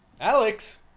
Alex